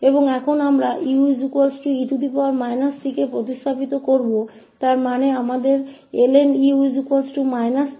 अत यह समाकल इन सभीलिए मान्य होगा सभी s के लिए